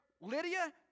Lydia